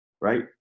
right